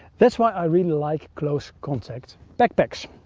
that's why i really like close-contact backpacks.